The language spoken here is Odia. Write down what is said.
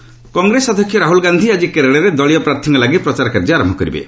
ରାହୁଲ କେରଳ କଂଗ୍ରେସ ଅଧ୍ୟକ୍ଷ ରାହୁଲ ଗାନ୍ଧି ଆଜି କେରଳରେ ଦଳୀୟ ପ୍ରାର୍ଥୀଙ୍କ ଲାଗି ପ୍ରଚାର କାର୍ଯ୍ୟ ଆରମ୍ଭ କରିବେ